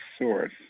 source